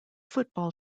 football